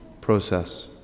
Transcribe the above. process